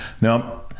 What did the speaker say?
Now